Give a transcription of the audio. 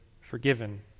forgiven